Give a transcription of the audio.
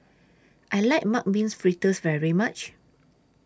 I like Mung Beans Fritters very much